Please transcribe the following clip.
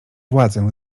władzę